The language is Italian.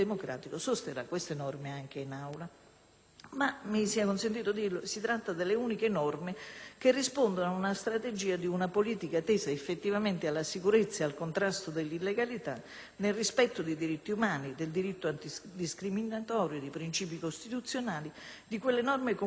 che rispondono alla strategia di una politica tesa effettivamente alla sicurezza ed al contrasto dell'illegalità nel rispetto dei diritti umani, del diritto anti-discriminatorio, di principi costituzionali, di quelle norme comunitarie e di diritto internazionale vincolanti per l'Italia e in quanto tali costituzionalmente garantite.